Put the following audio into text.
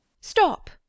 Stop